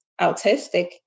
autistic